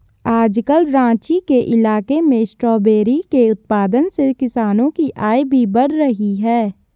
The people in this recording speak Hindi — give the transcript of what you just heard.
आजकल राँची के इलाके में स्ट्रॉबेरी के उत्पादन से किसानों की आय भी बढ़ रही है